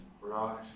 Right